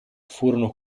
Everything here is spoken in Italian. furono